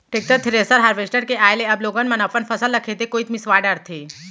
tractor, thresher, harvester के आए ले अब लोगन मन अपन फसल ल खेते कोइत मिंसवा डारथें